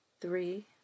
three